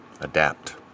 adapt